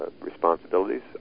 responsibilities